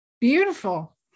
Beautiful